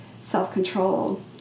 self-control